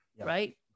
right